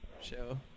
Show